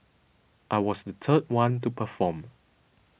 I was the third one to perform